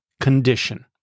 condition